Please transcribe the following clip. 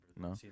no